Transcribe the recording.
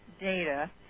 data